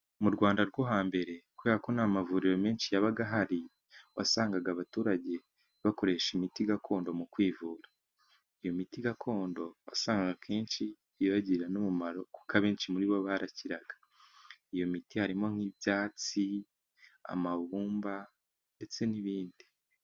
Mu Rwanda rwo hambere, kubera ko nta mavuriro menshi yabaga ahari, wasangaga abaturage bakoresha imiti gakondo mu kwivura. Iyo miti gakondo wasangaga akenshi ibagirira n'umumaro, kuko abenshi muri bo barakiraga. Iyo miti harimo nk'ibyatsi, amabumba, ndetse n'ibindi.